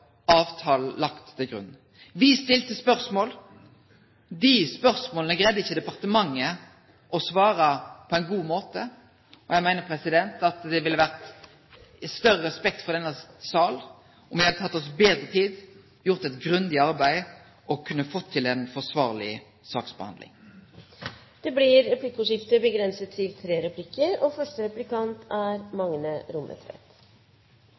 lagt til grunn. Vi stilte spørsmål. De spørsmålene greide ikke departementet å besvare på en god måte. Jeg mener det ville vært å ha større respekt for denne sal om vi hadde tatt oss bedre tid, gjort et grundig arbeid og kunne fått til en forsvarlig saksbehandling. Det blir replikkordskifte.